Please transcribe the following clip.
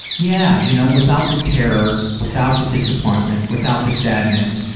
yeah, you know, without the terror, without the disappointment, without the sadness,